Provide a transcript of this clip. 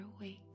awake